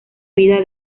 vida